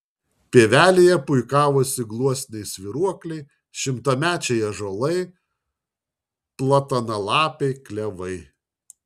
pievelėje puikavosi gluosniai svyruokliai šimtamečiai ąžuolai platanalapiai klevai